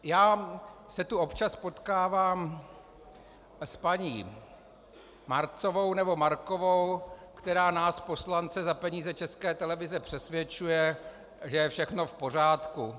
Já se tu občas potkávám s paní Marcovou, nebo Markovou, která nás poslance za peníze České televize přesvědčuje, že je všechno v pořádku.